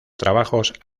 trabajos